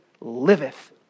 liveth